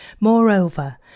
Moreover